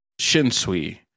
Shinsui